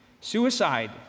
suicide